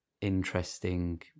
interesting